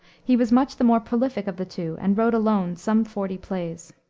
he was much the more prolific of the two and wrote alone some forty plays.